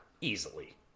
Easily